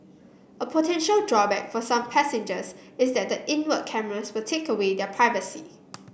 a potential drawback for some passengers is that the inward cameras would take away their privacy